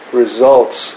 results